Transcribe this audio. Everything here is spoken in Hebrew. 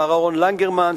מר אהרן לנגרמן,